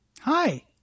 Hi